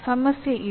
ಸಮಸ್ಯೆ ಇದು